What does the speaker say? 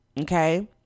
Okay